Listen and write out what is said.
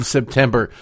September